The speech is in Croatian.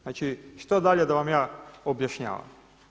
Znači šta dalje da vam ja objašnjavam.